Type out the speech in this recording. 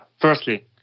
firstly